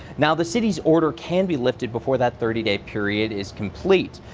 now the city's order can be lifted before that thirty day period is complete.